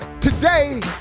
Today